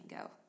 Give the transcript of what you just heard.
go